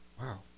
Wow